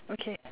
okay